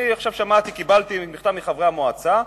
עכשיו קיבלתי מכתב מחברי המועצה,